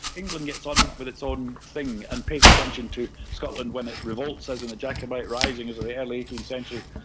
england gets on with its own thing and pays attention to scotland when it revolts as in the jacobite risings of the early eighteenth century,